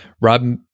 Rob